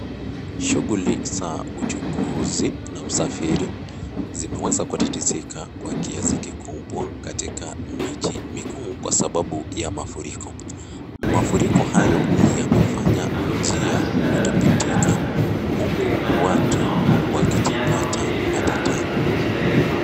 Shughuli za uchukuzi na usafiri zimeweza kutiatizika kwa kiasi kikubwa katika miji mikuu kwa sababu ya mafuriko. Mafuriko hayo yamefanya njia kutopitika huku watu wakijipata matatani.